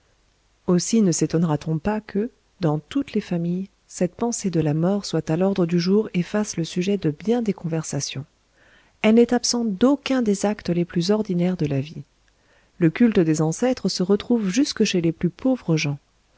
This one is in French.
aussi ne sétonnera t on pas que dans toutes les familles cette pensée de la mort soit à l'ordre du jour et fasse le sujet de bien des conversations elle n'est absente d'aucun des actes les plus ordinaires de la vie le culte des ancêtres se retrouve jusque chez les plus pauvres gens